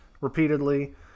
repeatedly